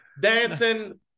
dancing